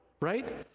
right